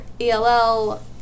ELL